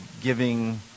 giving